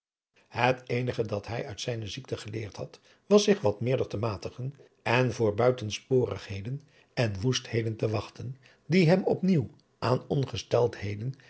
het eenige dat hij uit zijne ziekte geleerd had was zich wat meerder te matigen en voor buitensporigheden en woestheden te wachten die hem op nieuw aan ongesteldheden